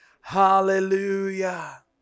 Hallelujah